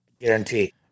guarantee